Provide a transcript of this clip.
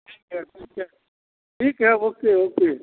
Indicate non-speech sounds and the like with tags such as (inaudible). (unintelligible) है ठीक है ठीक है ओके ओके